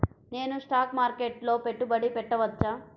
నేను స్టాక్ మార్కెట్లో పెట్టుబడి పెట్టవచ్చా?